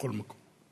קודם כול.